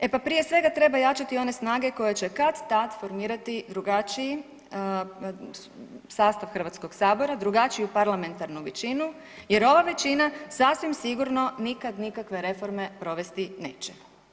E pa prije svega treba jačati one snage koje će kad-tad formirati drugačiji sastav Hrvatskog sabora, drugačiju parlamentarnu većinu, jer ova većina sasvim sigurno nikad nikakve reforme provesti neće.